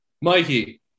Mikey